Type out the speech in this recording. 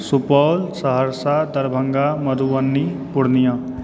Supaul Saharsa Darbhanga Madhubani Purnia